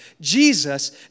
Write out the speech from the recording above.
Jesus